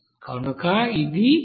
కనుక ఇది 4